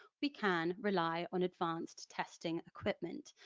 we can rely on advanced testing equipment,